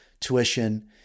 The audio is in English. tuition